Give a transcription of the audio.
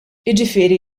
jiġifieri